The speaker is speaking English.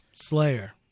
Slayer